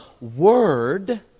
word